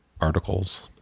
articles